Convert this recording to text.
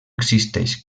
existeix